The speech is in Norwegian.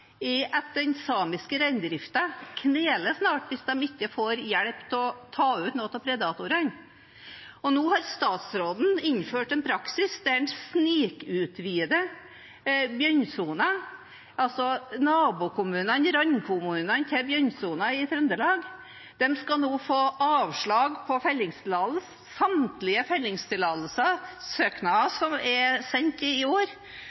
er slik at den samiske reindriften kneler snart hvis de ikke får hjelp til å ta ut noen av predatorene. Nå har statsråden innført en praksis der han snikutvider bjørnesonen. Nabokommunene, randkommunene til bjørnesonen i Trøndelag skal nå få avslag på søknad om fellingstillatelsen. Samtlige søknader om fellingstillatelse som er sendt i